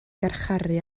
garcharu